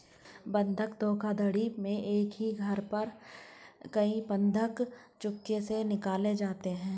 बंधक धोखाधड़ी में एक ही घर पर कई बंधक चुपके से निकाले जाते हैं